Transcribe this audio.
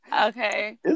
okay